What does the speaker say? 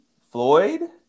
Floyd